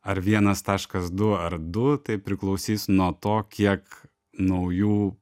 ar vienas taškas du ar du tai priklausys nuo to kiek naujų